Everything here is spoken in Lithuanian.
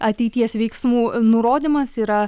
ateities veiksmų nurodymas yra